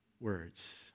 words